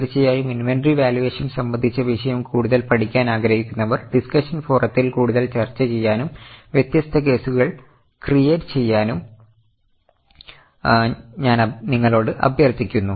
തീർച്ചയായും inventory valuation സംബന്ധിച്ച വിഷയംകൂടുതൽ പഠിക്കാൻ ആഗ്രഹിക്കുന്നവർ ഡിസ്ക്ഷൻ ഫോറത്തിൽ കൂടുതൽ ചർച്ചചെയ്യാനും വ്യത്യസ്ത കേസുകൾ ക്രിയേറ്റ് ചെയാനും ഞാൻ നിങ്ങളോട് അഭ്യർത്ഥിക്കുന്നു